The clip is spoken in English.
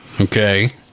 Okay